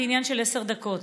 זה עניין של עשר דקות,